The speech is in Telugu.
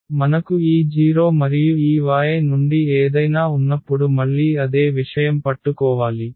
కాబట్టి మనకు ఈ 0 మరియు ఈ Y నుండి ఏదైనా ఉన్నప్పుడు మళ్ళీ అదే విషయం పట్టుకోవాలి